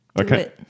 Okay